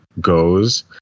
goes